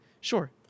sure